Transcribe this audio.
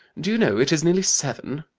do you know it is nearly seven?